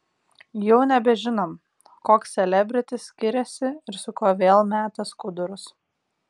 jau nebežinom koks selebritis skiriasi ir su kuo vėl meta skudurus